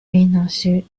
péninsule